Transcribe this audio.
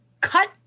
cut